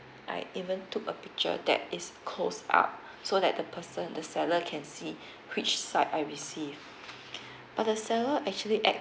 I even took a picture that is closed up so that the person the seller can see which side I receive but the seller actually act